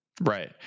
Right